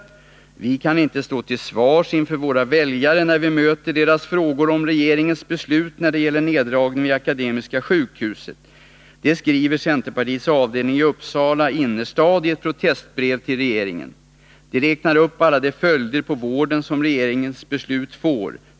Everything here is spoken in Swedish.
Vi kan inte stå till svars inför våra väljare sjukhuset i Uppnär vi möter deras frågor om regeringens beslut när det gäller neddragningarna vid Akademiska sjukhuset. Det skriver centerpartiets avdelning i Uppsala innerstad i ett protestbrev till regeringen. Det räknar upp alla de följder på vården som regeringens beslut får.